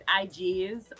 IGs